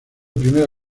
primera